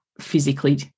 physically